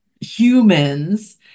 humans